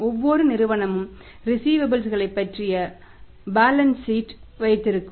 ஒவ்வொரு நிறுவனமும் ரிஸீவபல்ஸ் இருக்கும்